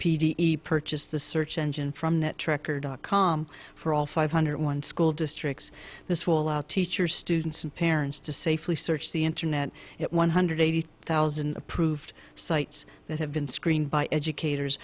p d e purchased the search engine from net tracker dot com for all five hundred one school districts this will allow teachers students and parents to safely search the internet one hundred eighty thousand approved sites that have been screened by educators